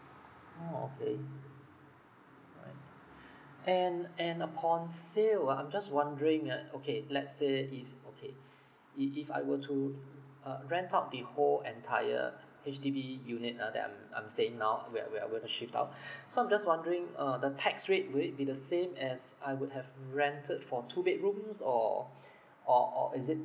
oh okay alright and and upon sale ah I'm just wondering ah okay let's say if okay if if I were to uh rent out the whole entire H_D_B unit ah that I'm I'm staying now where where uh were to shift out so just wondering err the tax rate would it be the same as I would have rented for two bedrooms or or or is it